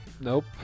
nope